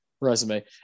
resume